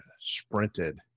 sprinted